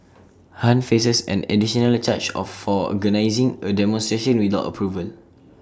han faces an additionally charge of for organising A demonstration without approval